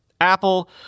Apple